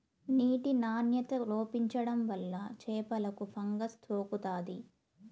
నీటి నాణ్యత లోపించడం వల్ల చేపలకు ఫంగస్ సోకుతాది